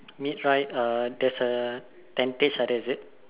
mid right uh there's a tentage ah there is it